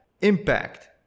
impact